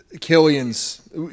Killian's